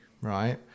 right